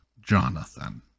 jonathan